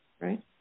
right